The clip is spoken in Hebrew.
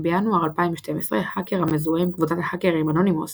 בינואר 2012 האקר המזוהה עם קבוצת ההאקרים אנונימוס